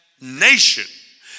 nation